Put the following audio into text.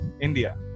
India